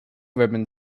ribbon